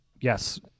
yes